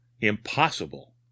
Impossible